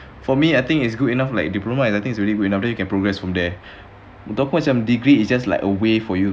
for me I think is good enough like diploma is really good enough then you can progress from there untuk aku macam degree is just like a way for you